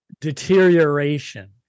deterioration